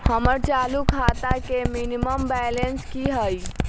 हमर चालू खाता के मिनिमम बैलेंस कि हई?